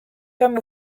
femme